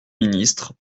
ministre